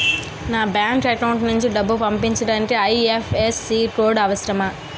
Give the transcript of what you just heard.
నా bank account నుంచి డబ్బు పంపించడానికి ఐ.ఎఫ్.ఎస్.సి కోడ్ అవసరమా?